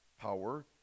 power